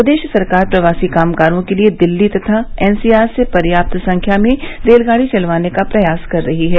प्रदेश सरकार प्रवासी कामगारों के लिए दिल्ली तथा एनसीआर से पर्याप्त संख्या में रेलगाड़ी चलवाने का प्रयास कर रही है